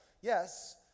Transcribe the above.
Yes